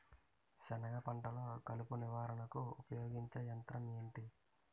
సెనగ పంటలో కలుపు నివారణకు ఉపయోగించే యంత్రం ఏంటి?